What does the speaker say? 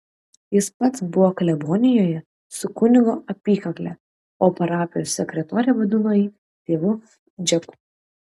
jis pats buvo klebonijoje su kunigo apykakle o parapijos sekretorė vadino jį tėvu džeku